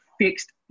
fixed